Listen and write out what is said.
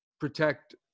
protect